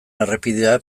errepidea